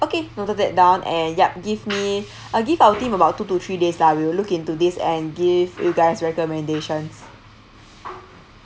okay noted that down and ya give me uh give our team about two to three days lah we will look into this and give you guys recommendations